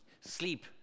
sleep